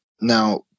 Now